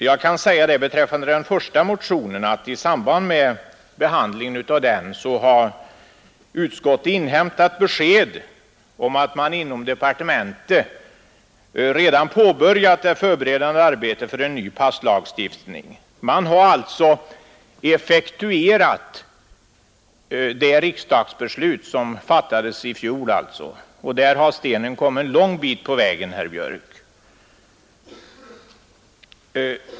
Beträffande den förstnämnda motionen kan jag säga att utskottet i samband med behandlingen av den har inhämtat besked om att man inom departementet redan har påbörjat det förberedande arbetet med en ny passlagstiftning. Man har alltså börjat effektuera det riksdagsbeslut som fattades i fjol — och stenen har kommit en lång bit på väg, herr Björk.